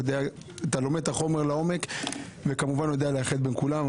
אתה לומד את החומר לעומק וכמובן יודע לאחד בין כולם.